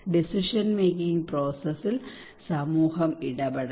decision making പ്രോസസ്സിൽ സമൂഹം ഇടപെടണം